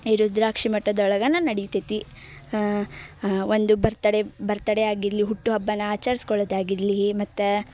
ಈ ರುದ್ರಾಕ್ಷಿ ಮಠದೊಳ್ಗೇನ ನಡೀತೈತಿ ಒಂದು ಬರ್ತಡೆ ಬರ್ತಡೆ ಆಗಿರಲಿ ಹುಟ್ಟುಹಬ್ಬನ ಆಚರಿಸ್ಕೊಳ್ಳೊದಾಗಿರಲಿ ಮತ್ತು